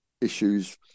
issues